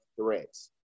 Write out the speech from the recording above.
threats